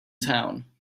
town